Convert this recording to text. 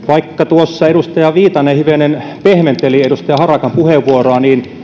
vaikka tuossa edustaja viitanen hivenen pehmenteli edustaja harakan puheenvuoroa niin